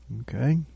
Okay